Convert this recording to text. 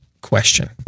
question